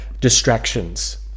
distractions